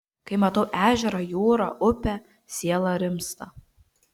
kai matau ežerą jūrą upę siela rimsta